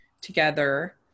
together